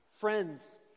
Friends